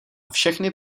všechny